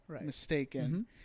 mistaken